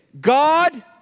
God